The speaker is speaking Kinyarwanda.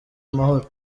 amahoro